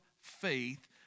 faith